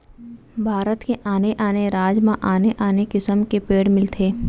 भारत के आने आने राज म आने आने किसम के पेड़ मिलथे